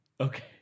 Okay